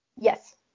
yes